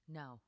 no